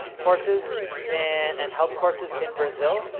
courses and health courses in brazil.